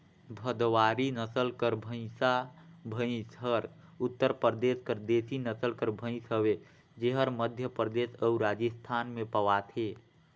भदवारी नसल कर भंइसा भंइस हर उत्तर परदेस कर देसी नसल कर भंइस हवे जेहर मध्यपरदेस अउ राजिस्थान में पवाथे